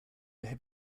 have